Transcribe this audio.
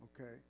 okay